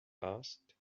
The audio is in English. asked